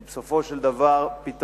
כי בסופו של דבר פתרון